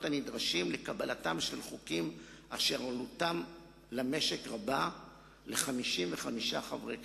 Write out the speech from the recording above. הנדרשים לקבלתם של חוקים אשר עלותם למשק רבה ל-55 חברי כנסת,